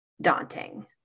daunting